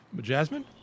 Jasmine